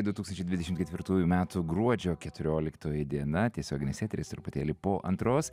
du tūkstančiai dvidešimt ketvirtųjų metų gruodžio keturioliktoji diena tiesioginis eteris truputėlį po antros